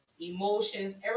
emotions